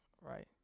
Right